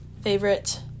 favorite